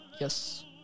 Yes